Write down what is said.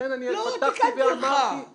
לכן אני פתחתי ואמרתי --- לא תיקנתי אותך.